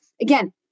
again